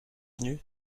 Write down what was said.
venu